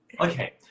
okay